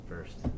first